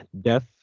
death